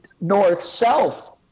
north-south